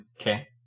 Okay